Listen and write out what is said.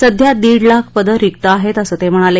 सध्या दीड लाख पदं रिक्त आहेत असं ते म्हणाले